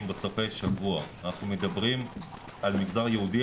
בסופי שבוע מדברים על מגזר יהודי,